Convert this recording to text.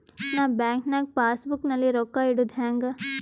ನಾ ಬ್ಯಾಂಕ್ ನಾಗ passbook ನಲ್ಲಿ ರೊಕ್ಕ ಇಡುದು ಹ್ಯಾಂಗ್?